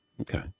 Okay